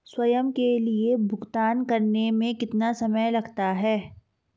स्वयं के लिए भुगतान करने में कितना समय लगता है?